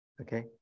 Okay